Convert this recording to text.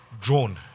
drone